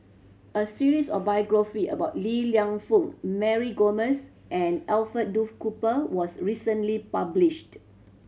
a series of biographie about Li Lienfung Mary Gomes and Alfred Duff Cooper was recently published